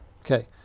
okay